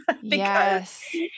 yes